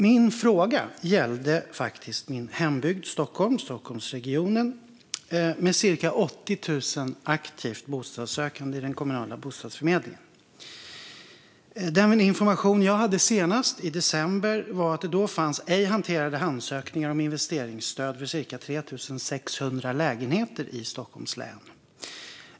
Min fråga gällde faktiskt min hembygd Stockholm och Stockholmsregionen. Här finns cirka 80 000 aktivt bostadssökande i den kommunala bostadsförmedlingen. Den information jag hade i december var att det då fanns ej hanterade ansökningar om investeringsstöd för cirka 3 600 lägenheter i Stockholms län.